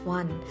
one